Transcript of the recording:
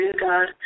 God